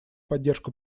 поддержку